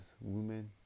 women